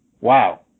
wow